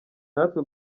natwe